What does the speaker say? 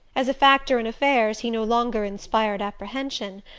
as a factor in affairs he no longer inspired apprehension,